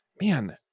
man